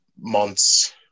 months